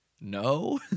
No